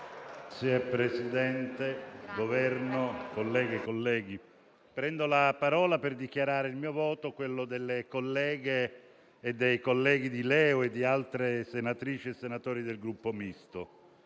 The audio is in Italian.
rappresentanti del Governo, colleghe e colleghi, prendo la parola per dichiarare il mio voto, quello delle colleghe e dei colleghi di LeU e di altri senatrici e senatori del Gruppo Misto.